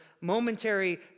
momentary